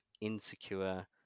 insecure